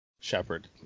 shepherd